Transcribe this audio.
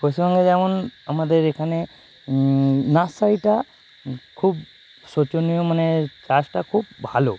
পশ্চিমবঙ্গে যেমন আমাদের এখানে নার্সারিটা খুব শোচনীয় মানে চাষটা খুব ভালো